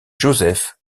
joseph